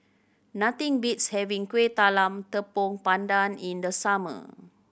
nothing beats having Kuih Talam Tepong Pandan in the summer